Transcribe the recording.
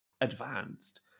advanced